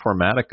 Informatica